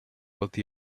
what